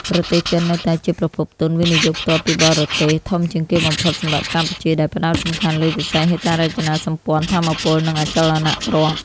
ប្រទេសចិននៅតែជាប្រភពទុន វិនិយោគផ្ទាល់ពីបរទេស ធំជាងគេបំផុតសម្រាប់កម្ពុជា ដែលផ្ដោតសំខាន់លើវិស័យហេដ្ឋារចនាសម្ព័ន្ធ ថាមពល និងអចលនទ្រព្យ។